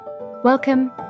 Welcome